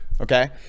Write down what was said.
Okay